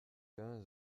quinze